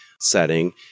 setting